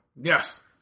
Yes